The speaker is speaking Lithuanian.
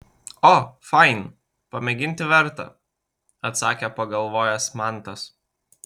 o fain pamėginti verta atsakė pagalvojęs mantas